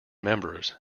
members